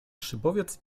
szybowiec